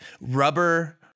rubber